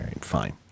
Fine